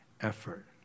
effort